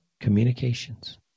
communications